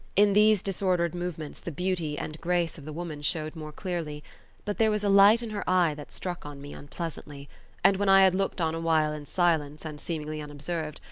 in these disordered movements the beauty and grace of the woman showed more clearly but there was a light in her eye that struck on me unpleasantly and when i had looked on awhile in silence, and seemingly unobserved,